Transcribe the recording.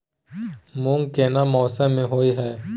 मूंग केना मौसम में होय छै?